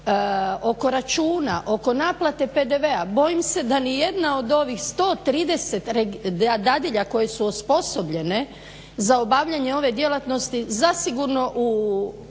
oko računa, oko naplate PDV-a bojim se da ni jedna od ovih 130 dadilja koje su osposobljene za obavljanje ove djelatnosti zasigurno u